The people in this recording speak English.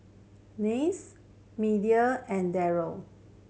Anice Media and Daryl